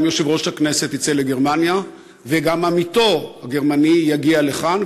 גם יושב-ראש הכנסת יצא לגרמניה וגם עמיתו הגרמני יגיע לכאן,